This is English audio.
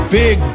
big